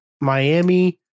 Miami